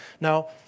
Now